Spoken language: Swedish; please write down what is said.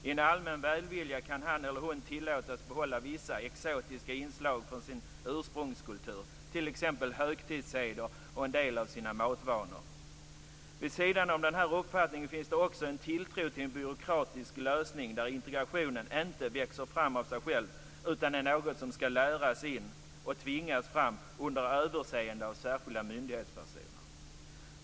I en allmän välvilja kan han eller hon tillåtas behålla vissa exotiska inslag från sin ursprungskultur, t.ex. högtidsseder och en del av sina matvanor. Vid sidan av den här uppfattningen finns det också en tilltro till en byråkratisk lösning, där integrationen inte växer fram av sig själv utan är något som skall läras in och tvingas fram under överseende av särskilda myndighetspersoner.